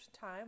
time